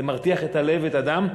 זה מרתיח את הלב ואת הדם,